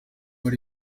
ari